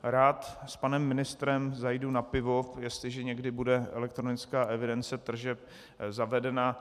Rád s panem ministrem zajdu na pivo, jestliže někdy bude elektronická evidence tržeb zavedena.